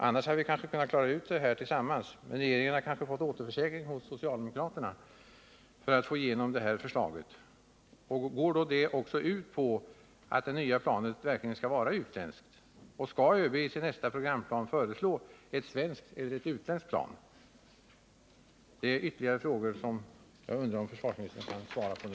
Annars kanske vi hade kunnat klara upp det här tillsammans. Men regeringen kanske har fått en återförsäkring hos socialdemokraterna att få igenom det lagda förslaget. Går det också ut på att det nya planet skall vara utländskt? Skall ÖBi sin nästa programplan föreslå ett svenskt eller ett utländskt plan? Det är ytterligare frågor som jag undrar om försvarsministern kan svara på nu.